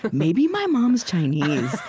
but maybe my mom is chinese,